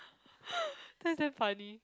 that's damn funny